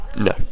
No